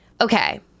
okay